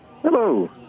Hello